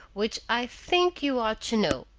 which i think you ought to know.